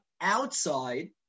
outside